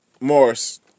Morris